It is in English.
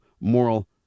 moral